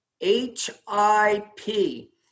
H-I-P